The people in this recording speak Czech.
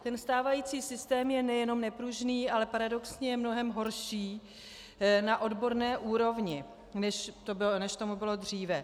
Ten stávající systém je nejenom nepružný, ale paradoxně je mnohem horší na odborné úrovni, než tomu bylo dříve.